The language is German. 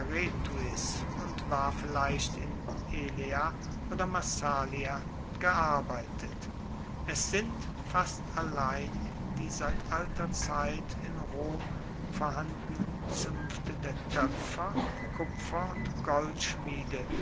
und war vielleicht in elea oder massalia gearbeitet es sind fast allein die seit alter zeit in rom vorhandenen zuenfte der toepfer kupfer und goldschmiede